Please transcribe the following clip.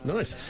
Nice